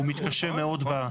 הוא מתקשה מאוד בה.